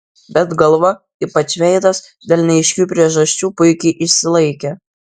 bet galva ypač veidas dėl neaiškių priežasčių puikiai išsilaikė